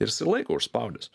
ir jisai laiko užspaudęs